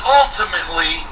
ultimately